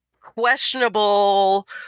questionable